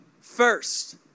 first